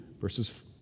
verses